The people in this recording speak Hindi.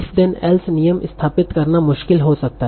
तो if then else नियम स्थापित करना मुश्किल हो सकता है